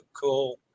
cool